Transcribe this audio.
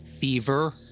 fever